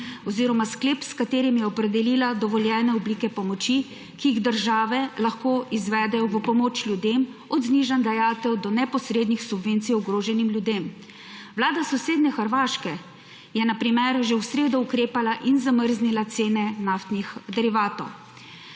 oziroma sklep, s katerim je opredelila dovoljene oblike pomoči, ki jih države lahko izvedejo v pomoč ljudem – od znižanj dajatev do neposrednih subvencij ogroženim ljudem. Vlada sosednje Hrvaške je na primer že v sredo ukrepala in zamrznila cene naftnih derivatov.